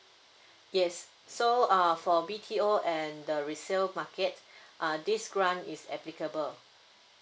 yes so uh for B_T_O and the resale market uh this grant is applicable